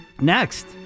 Next